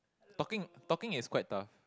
talking talking is quite tough